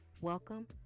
welcome